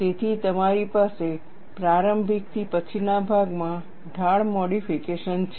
તેથી તમારી પાસે પ્રારંભિકથી પછીના ભાગમાં ઢાળ મોડીફિકેશન છે